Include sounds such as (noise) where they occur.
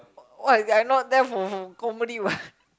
what I not there for for company what (laughs)